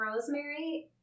rosemary